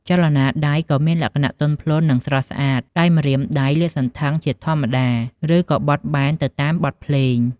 ចលនាដៃក៏មានលក្ខណៈទន់ភ្លន់ និងស្រស់ស្អាត ដោយម្រាមដៃលាតសន្ធឹងជាធម្មតា ឬក៏បត់បែនទៅតាមបទភ្លេង។